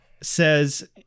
says